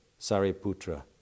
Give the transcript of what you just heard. Sariputra